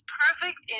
perfect